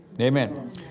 Amen